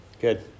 Good